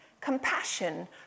compassion